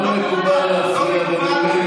לא מקובל להפריע בנאומי בכורה,